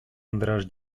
андраш